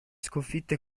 sconfitte